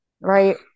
right